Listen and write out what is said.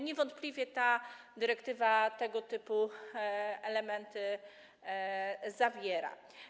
Niewątpliwie ta dyrektywa tego typu elementy zawiera.